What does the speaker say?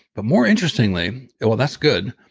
but more interestingly well, that's good.